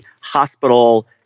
hospital